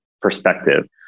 perspective